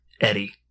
Eddie